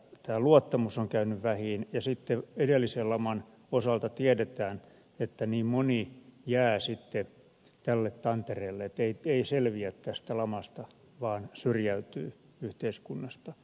tämä luottamus on käynyt vähiin ja edellisen laman osalta tiedetään että niin moni jää sitten tälle tantereelle ei selviä tästä lamasta vaan syrjäytyy yhteiskunnasta